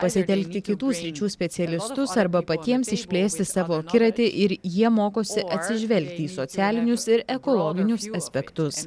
pasitelkti kitų sričių specialistus arba patiems išplėsti savo akiratį ir jie mokosi atsižvelgti į socialinius ir ekologinius aspektus